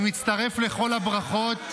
אני מצטרף לכל הברכות.